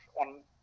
on